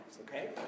okay